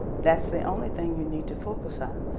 that's the only thing you need to focus on,